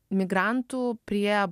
imigrantų prie